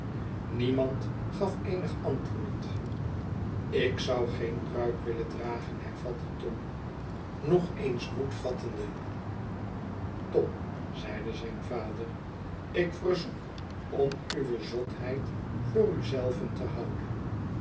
niemand gaf eenig antwoord ik zou geen pruik willen dragen hervatte tom nog eens moed vattende tom zeide zijn vader ik verzoek om uwe zotheid voor u zeiven te houden